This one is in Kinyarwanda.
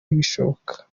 ntibishoboka